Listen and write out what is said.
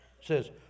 says